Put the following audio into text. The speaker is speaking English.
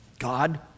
God